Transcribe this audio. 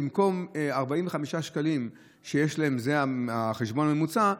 במקום 45 שקלים שיש להם בחשבון הממוצע,